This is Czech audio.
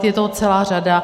Je toho celá řada.